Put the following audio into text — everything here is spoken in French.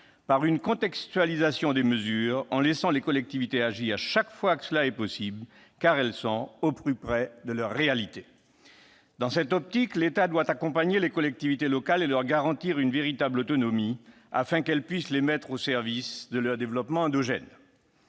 par une contextualisation des mesures, en laissant les collectivités agir chaque fois que cela est possible, car elles sont au plus près de leurs réalités. Dans cette optique, l'État doit accompagner les collectivités locales et leur garantir une véritable autonomie afin qu'elles puissent la mettre au service de leur développement endogène.